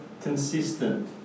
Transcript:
consistent